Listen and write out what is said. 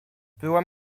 byłam